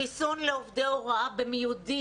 חיסון לעובדי הוראה במיידי.